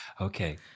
Okay